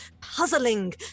puzzling